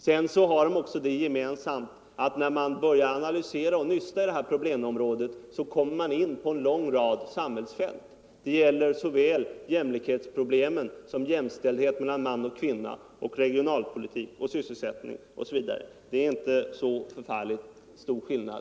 Likaså har de det gemensamt att när man börjar analysera och nysta upp problemen kommer man in på många olika fält i samhället, t.ex. jämlikhetsproblem, jämställdheten mellan man och kvinna, sysselsättningsoch regionalpolitik m.m. Det är egentligen inte så förskräckligt stor skillnad.